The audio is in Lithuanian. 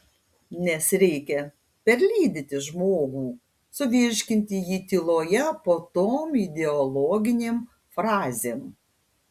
nes reikia perlydyti žmogų suvirškinti jį tyloje po tom ideologinėm frazėm